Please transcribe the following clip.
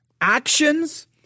Actions